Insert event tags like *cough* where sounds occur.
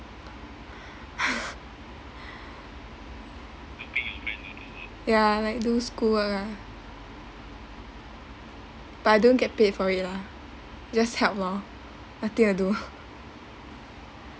*laughs* ya like do school work ah but I don't get paid for it lah just help lor nothing to do